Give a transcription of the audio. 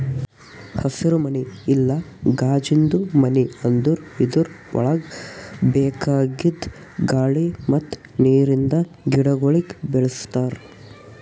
ಹಸಿರುಮನಿ ಇಲ್ಲಾ ಕಾಜಿಂದು ಮನಿ ಅಂದುರ್ ಇದುರ್ ಒಳಗ್ ಬೇಕಾಗಿದ್ ಗಾಳಿ ಮತ್ತ್ ನೀರಿಂದ ಗಿಡಗೊಳಿಗ್ ಬೆಳಿಸ್ತಾರ್